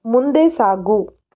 ಮುಂದೆ ಸಾಗು